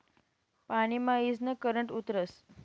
पानी मा ईजनं करंट उतरस